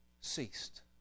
ceased